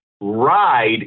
Ride